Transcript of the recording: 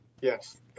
Yes